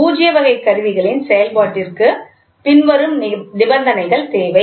பூஜ்ய வகை கருவிகளின் செயல்பாட்டிற்கு பின்வரும் நிபந்தனைகள் தேவை